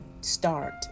start